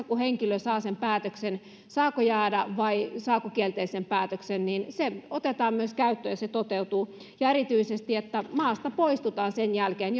kun henkilö saa sen päätöksen saako jäädä vai saako kielteisen päätöksen se myös otetaan käyttöön ja se toteutuu ja erityisesti että maasta poistutaan sen jälkeen